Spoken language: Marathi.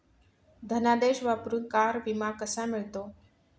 धनादेश वापरून कार विमा कसा मिळतो?